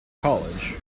college